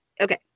okay